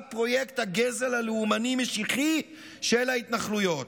פרויקט הגזל הלאומני-משיחי של ההתנחלויות.